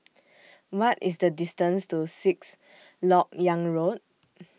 What IS The distance to Sixth Lok Yang Road